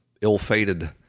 ill-fated